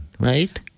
Right